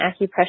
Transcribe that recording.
acupressure